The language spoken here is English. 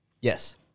Yes